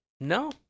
No